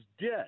dead